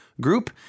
group